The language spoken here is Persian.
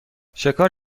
شکار